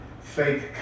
faith